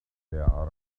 their